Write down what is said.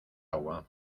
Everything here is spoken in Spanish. agua